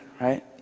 right